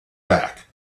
back